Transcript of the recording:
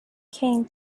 came